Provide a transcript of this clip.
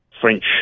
French